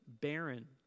barren